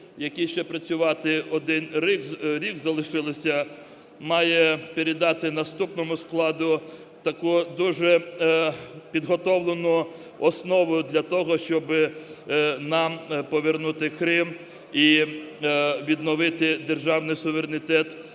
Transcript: якій ще працювати один рік залишилося, має передати наступному складу таку дуже підготовлену основу для того, щоб нам повернути Крим і відновити державний суверенітет